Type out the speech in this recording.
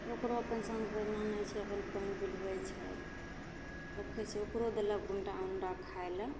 ओकरो अपना साँझ भेल आनै छै अपन पानि पिलबै छै रखै छै ओकरो देलक गुन्डा उन्डा खाइ ले